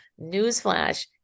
newsflash